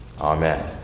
amen